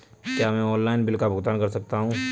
क्या मैं online bill का भुगतान कर सकता हूँ?